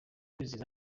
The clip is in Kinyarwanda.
kwizihiza